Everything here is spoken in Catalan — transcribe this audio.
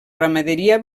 ramaderia